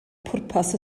pwrpas